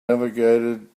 navigated